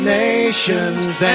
nations